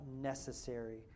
necessary